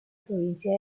provincia